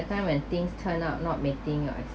the time when things turn out not meeting your